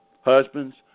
Husbands